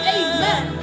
amen